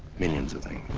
millions of things.